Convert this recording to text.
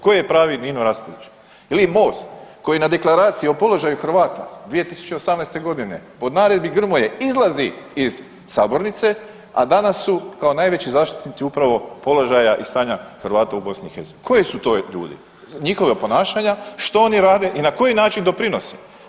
Koji je pravi Nino Raspudić ili Most koji na deklaraciju o položaju Hrvata 2018. po naredbi Grmoje izlazi iz sabornice, a danas su kao najveći zaštitnici upravo položaja i stanja Hrvata u BiH, koji su to ljudi, njihova ponašanja, što oni rade i na koji način doprinose?